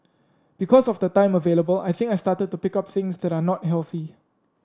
because of the time available I think I started to pick up things that are not healthy